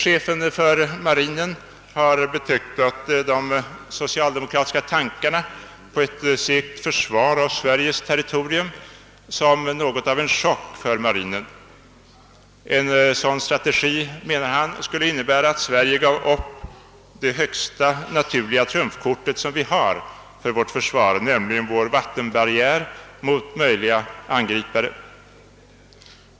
Chefen för marinen har betecknat de socialdemokratiska tankarna på ett segt försvar av Sveriges territorium som något av en chock för marinen. En sådan strategi, menar han, skulle innebära att Sverige gav upp det starkaste naturliga trumfkort vi har för vårt försvar, nämligen vår vattenbarriär mot tänkbara angripare.